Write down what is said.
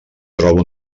troba